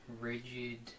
rigid